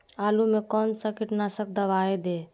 आलू में कौन सा कीटनाशक दवाएं दे?